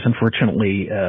unfortunately